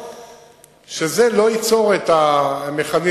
אף-על-פי שזה לא ייצור את המכניזם.